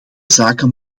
zaken